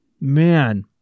Man